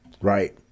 Right